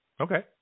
Okay